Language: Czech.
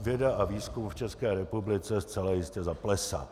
Věda a výzkum v České republice zcela jistě zaplesá.